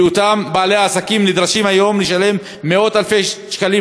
כי אותם בעלי עסקים נדרשים היום לשלם מאות-אלפי שקלים.